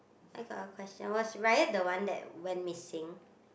I got a question was Ryan the one that went missing